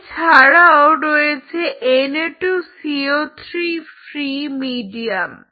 এছাড়াও রয়েছে Na2CO3 free medium